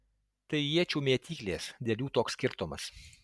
tai iečių mėtyklės dėl jų toks skirtumas